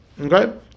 Okay